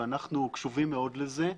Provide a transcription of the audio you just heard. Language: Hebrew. ואנחנו קשובים מאוד לזה.